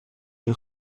این